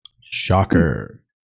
Shocker